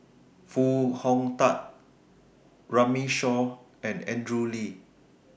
Foo Hong Tatt Runme Shaw and Andrew Lee